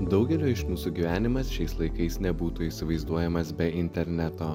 daugeliui iš mūsų gyvenimas šiais laikais nebūtų įsivaizduojamas be interneto